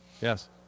Yes